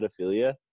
pedophilia